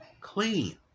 clean